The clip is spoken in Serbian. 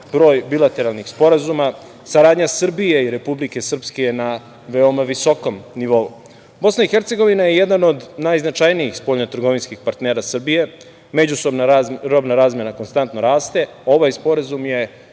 broj bilateralnih sporazuma, saradnja Srbije i Republike Srpske je na veoma visokom nivou. Bosna i Hercegovina je jedan od najznačajnijih spoljno-trgovinskih partnera Srbije. Međusobna robna razmena konstantno raste. Ovaj Sporazum je,